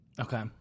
Okay